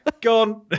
gone